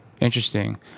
interesting